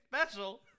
special